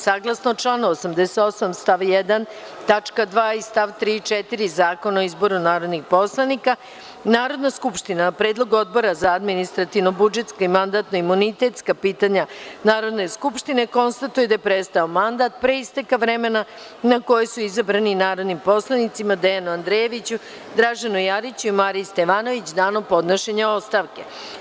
Saglasno članu 88. stav 1. tačka 2. i st. 3. i 4. Zakona o izboru narodnih poslanika, Narodna skupština na predlog Odbora za administrativno-budžetska i mandatno-imunitetska pitanja Narodne skupštine konstatuje da je prestao mandat pre isteka vremena na koji su izabrani narodnim poslanicima Dejanu Andrejeviću, Draženu Jariću i Mariji Stevanović danom podnošenja ostavki.